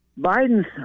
Biden's